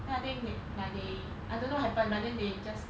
then I think they like they I don't know happen but then they just